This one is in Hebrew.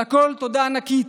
על הכול תודה ענקית,